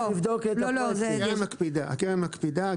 הקרן מקפידה.